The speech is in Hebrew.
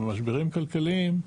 ומשברים כלכליים,